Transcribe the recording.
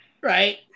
right